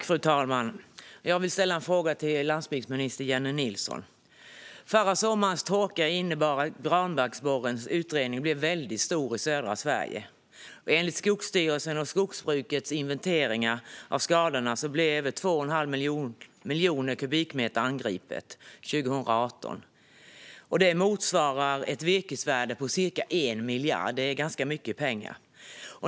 Fru talman! Jag vill ställa en fråga till landsbygdsminister Jennie Nilsson. Förra sommarens torka innebar att granbarkborrens utbredning blev väldigt stor i södra Sverige. Enligt Skogsstyrelsens och skogsbrukets inventeringar av skadorna blev över 2 1⁄2 miljon kubikmeter angripna 2018. Det motsvarar ett virkesvärde på ca 1 miljard. Det är ganska mycket pengar.